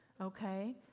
Okay